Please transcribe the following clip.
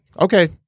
okay